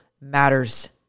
matters